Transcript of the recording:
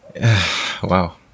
Wow